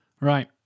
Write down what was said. Right